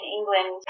England